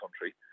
country